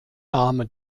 name